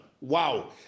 Wow